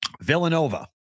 Villanova